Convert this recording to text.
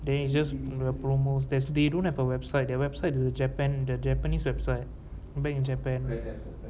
there is just the promo there's they don't have a website their website is the japan the japanese website back in japan